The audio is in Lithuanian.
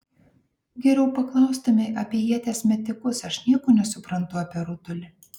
geriau paklaustumei apie ieties metikus aš nieko nesuprantu apie rutulį